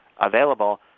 available